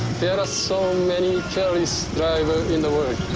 there are so many careless drivers in the world.